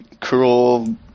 cruel